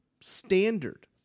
Standard